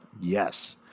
Yes